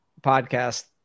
podcast